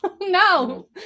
No